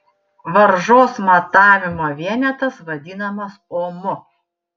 varžos matavimo vienetas vadinamas omu